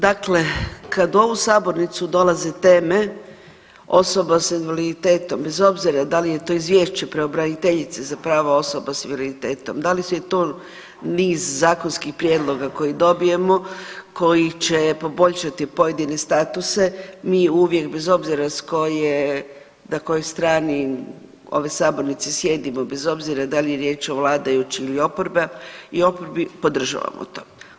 Dakle, kad u ovu sabornicu dolaze teme osoba s invaliditetom, bez obzira da li je to izvješće pravobraniteljice za prava osoba s invaliditetom, da li je to niz zakonskih prijedloga koje dobijemo koji će poboljšati pojedini statuse, mi uvijek, bez obzira s koje, na kojoj strani ove sabornice sjedimo, bez obzira da li je riječ o vladajući ili oporbi, i oporbi, podržavamo to.